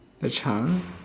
the chunk